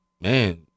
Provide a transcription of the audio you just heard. Man